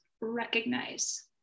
recognize